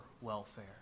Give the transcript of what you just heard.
welfare